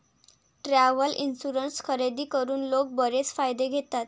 travel insurance खरेदी करून लोक बरेच फायदे घेतात